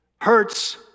hurts